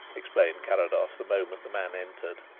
explained carrados the moment the man entered.